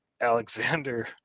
alexander